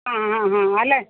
ಹಾಂ ಹಾಂ ಹಾಂ ಅಲ